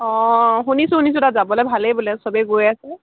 অঁ শুনিছোঁ শুনিছোঁ তাত যাবলৈ ভালেই বোলে চবেই গৈ আছে